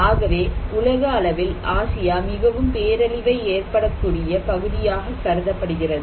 ஆகவே உலக அளவில் ஆசியாவில் மிகவும் பேரழிவை ஏற்படக்கூடிய பகுதியாக கருதப்படுகிறது